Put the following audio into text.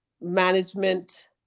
management